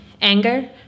anger